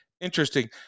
interesting